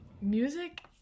music